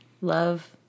love